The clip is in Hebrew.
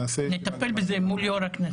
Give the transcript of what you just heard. נטפל בזה מול יושב-ראש הכנסת.